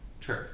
True